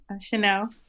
Chanel